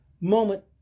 moment